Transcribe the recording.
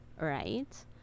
right